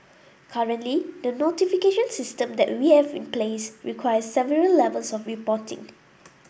currently the notification system that we have in place requires several levels of reporting